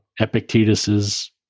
Epictetus's